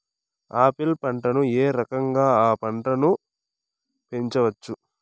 Apple పంటను ఏ రకంగా అ పంట ను పెంచవచ్చు?